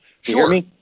Sure